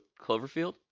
Cloverfield